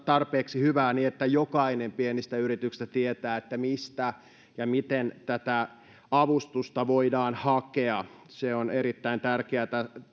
tarpeeksi hyvää niin että jokainen pienistä yrityksistä tietää mistä ja miten tätä avustusta voidaan hakea se on erittäin tärkeätä